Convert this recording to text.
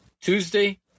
Tuesday